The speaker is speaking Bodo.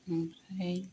आमफ्राय